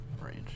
range